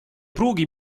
pruugi